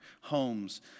homes